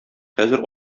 хәзер